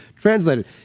translated